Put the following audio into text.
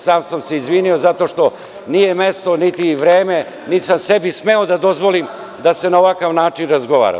Sam se izvinio zato što nije mesto niti vreme niti sam sebi smeo da dozvolim da se na ovakav način razgovara.